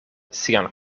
sian